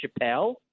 Chappelle